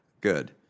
Good